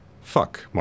Fuck